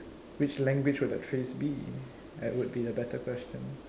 which language would that phrase be that would be a better question